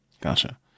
Gotcha